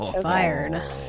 fired